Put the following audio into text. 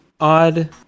odd